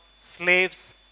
slaves